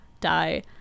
die